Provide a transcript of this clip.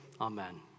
Amen